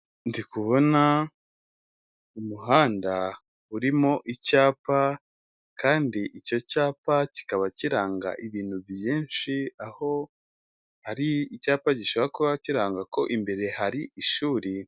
Ndikubona umuhanda urimo icyapa, kandi icyo cyapa kikaba kiranga ibintu byinshi aho hari icyapa gishobora kuba kiranga ko imbere hari ishuri.